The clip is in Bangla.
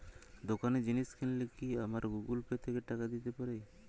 দোকানে জিনিস কিনলে কি আমার গুগল পে থেকে টাকা দিতে পারি?